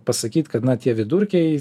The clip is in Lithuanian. pasakyt kad na tie vidurkiai